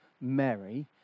Mary